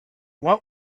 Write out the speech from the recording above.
what